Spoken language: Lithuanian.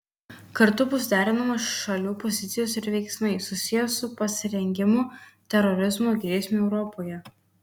kartu bus derinamos šalių pozicijos ir veiksmai susiję su pasirengimu terorizmo grėsmei europoje